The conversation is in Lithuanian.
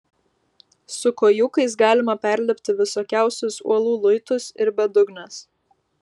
su kojūkais galima perlipti visokiausius uolų luitus ir bedugnes